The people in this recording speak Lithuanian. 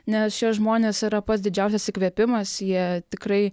nes šie žmonės yra pats didžiausias įkvėpimas jie tikrai